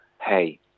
hey